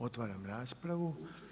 Otvaram raspravu.